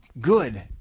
good